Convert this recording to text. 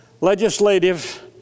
legislative